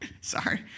sorry